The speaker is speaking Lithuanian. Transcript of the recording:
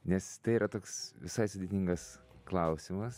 nes tai yra toks visai sudėtingas klausimas